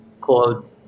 called